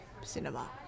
cinema